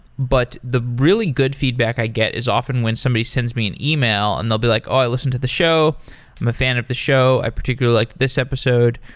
but the really good feedback i get is often when somebody sends me an email and they'll be like, oh, i listened to the show. i'm a fan of the show. i particularly liked this episode.